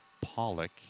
Pollock